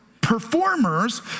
performers